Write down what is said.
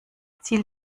ziel